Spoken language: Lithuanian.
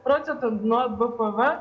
procento nuo b p v